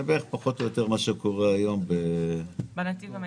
זה בערך מה שקורה היום בנתיב המהיר.